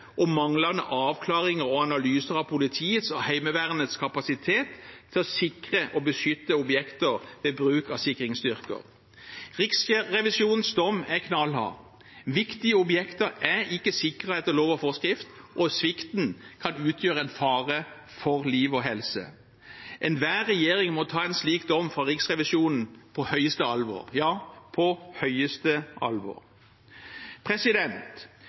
og manglende avklaringer og analyser av politiets og Heimevernets kapasitet til å sikre og beskytte objekter ved bruk av sikringsstyrker. Riksrevisjonens dom er knallhard. Viktige objekter er ikke sikret etter lov og forskrift, og svikten kan utgjøre en fare for liv og helse. Enhver regjering må ta en slik dom fra Riksrevisjonen på høyeste alvor – ja, på høyeste